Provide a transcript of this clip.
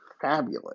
fabulous